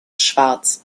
schwarz